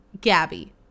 Gabby